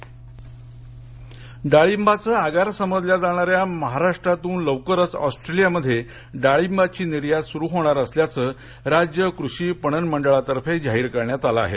डाळींब निर्यात डाळिंबाचं आगार समजल्या जाणाऱ्या महाराष्ट्रातून लवकरच ऑस्ट्रेलियामध्ये डाळिंबाची निर्यात सुरु होणार असल्याचं राज्य कृषी पणन मंडळातर्फे जाहीर करण्यात आलं आहे